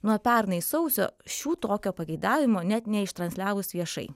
nuo pernai sausio šių tokio pageidavimo net neištransliavus viešai